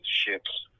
ships